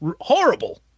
horrible